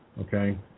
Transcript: Okay